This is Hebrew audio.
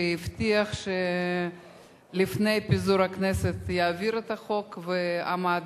שהבטיח שלפני פיזור הכנסת יעביר את החוק ועמד